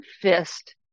fist